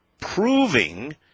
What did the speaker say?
proving